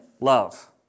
love